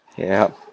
yup